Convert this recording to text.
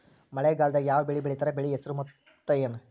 ಮಳೆಗಾಲದಾಗ್ ಯಾವ್ ಬೆಳಿ ಬೆಳಿತಾರ, ಬೆಳಿ ಹೆಸರು ಭತ್ತ ಏನ್?